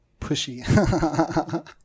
pushy